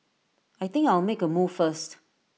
I think I'll make A move first